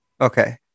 okay